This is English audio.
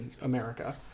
America